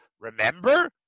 remember